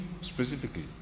Specifically